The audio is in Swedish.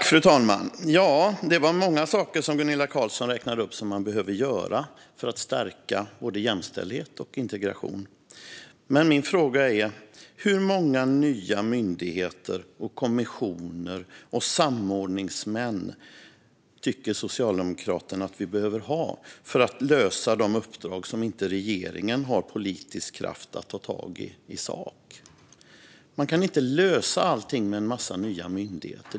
Fru talman! Gunilla Carlsson räknade upp många saker som man behöver göra för att stärka både jämställdhet och integration. Men min fråga är: Hur många nya myndigheter, kommissioner och samordningsmän tycker Socialdemokraterna att vi behöver ha för att lösa de uppdrag som regeringen inte har politisk kraft att ta tag i i sak? Man kan inte lösa allting med en massa nya myndigheter.